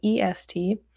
est